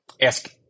ask –